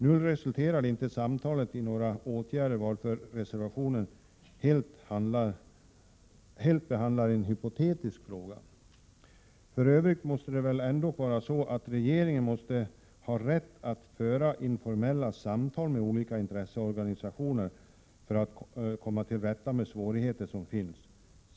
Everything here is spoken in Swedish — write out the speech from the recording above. Nu resulterade inte samtalen i några åtgärder, varför reservationen helt behandlar en hypotetisk fråga. För övrigt måste väl ändock regeringen ha rätt att föra informella samtal med olika intresseorganisationer för att komma till rätta med svårigheter som finns.